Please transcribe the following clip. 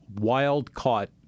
wild-caught